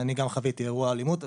אני גם חוויתי אירוע אלימות.